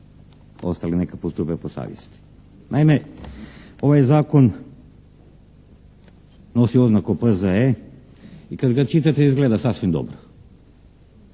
Ostali neka postupe po savjesti. Naime, ovaj zakon nosi oznaku P.Z.E. i kad ga čitate izgleda sasvim dobro.